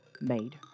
made